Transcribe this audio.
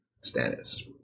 status